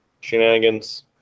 shenanigans